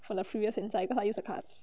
for the previous fan sign because I use her card